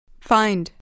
Find